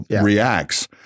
reacts